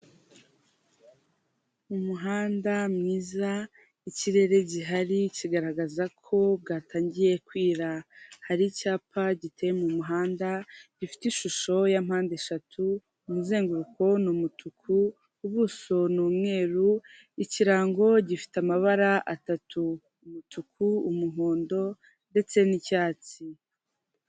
Umuhanda mwiza, ikirere gihari kigaragaza ko bwatangiye kwira; hari icyapa giteye mu muhanda gifite ishusho ya mpande eshatu, umuzenguruko ni umutuku, ubuso ni umweru, ikirango gifite amabara atatu: umutuku, umuhondo ndetse n'icyatsi.